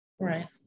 Right